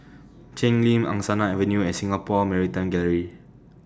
Cheng Lim Angsana Avenue and Singapore Maritime Gallery